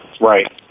Right